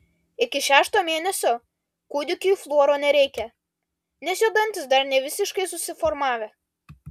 iki šešto mėnesio kūdikiui fluoro nereikia nes jo dantys dar nevisiškai susiformavę